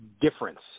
difference